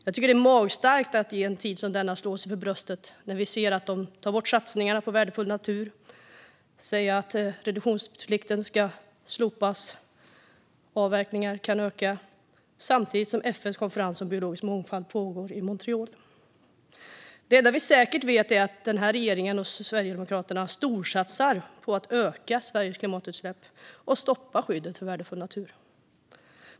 Jag tycker att det är magstarkt att i en tid som denna slå sig för bröstet när vi ser att ni tar bort satsningar på värdefull natur och säger att reduktionsplikten ska slopas och att avverkningarna kan öka samtidigt som FN:s konferens om biologisk mångfald pågår i Montreal. Det enda som vi säkert vet är att denna regering och Sverigedemokraterna storsatsar på att öka Sveriges klimatutsläpp och stoppar skyddet för värdefull natur.